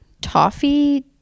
toffee